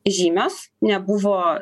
žymios nebuvo